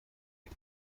بین